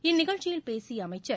இந்நிகழ்ச்சியில் பேசிய அமைச்சர்